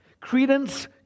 Credence